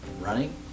running